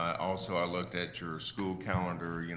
also i looked at your school calendar, you know